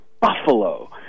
Buffalo